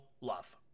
love